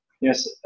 Yes